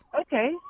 okay